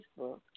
Facebook